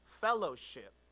fellowship